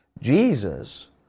Jesus